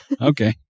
Okay